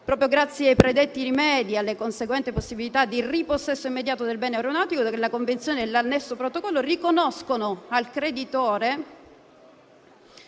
Proprio grazie ai predetti rimedi e alla conseguente possibilità di ripossesso immediato del bene aeronautico che la convenzione e l'annesso protocollo riconoscono al creditore